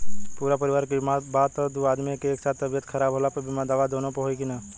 पूरा परिवार के बीमा बा त दु आदमी के एक साथ तबीयत खराब होला पर बीमा दावा दोनों पर होई की न?